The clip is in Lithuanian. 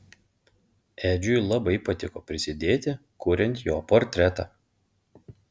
edžiui labai patiko prisidėti kuriant jo portretą